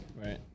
right